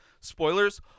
spoilers